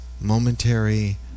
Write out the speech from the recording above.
momentary